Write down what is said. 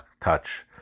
touch